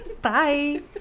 Bye